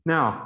Now